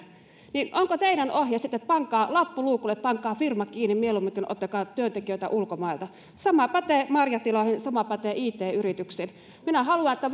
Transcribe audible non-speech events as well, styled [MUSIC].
joten onko teidän ohjeenne sitten että pankaa lappu luukulle pankaa silmät kiinni mielummin kuin ottakaa työntekijöitä ulkomailta sama pätee marjatiloihin sama pätee it yrityksiin minä haluan että [UNINTELLIGIBLE]